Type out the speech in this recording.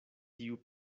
tiu